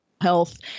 health